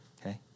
Okay